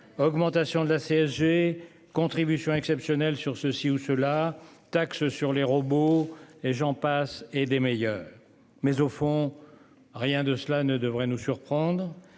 Augmentation de la CSG, contribution exceptionnelle sur ceci ou cela. Taxe sur les robots et j'en passe et des meilleures. Mais au fond. Rien de cela ne devrait nous surprendre